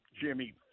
Jimmy